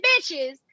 bitches